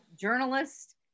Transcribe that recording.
journalist